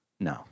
No